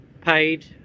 paid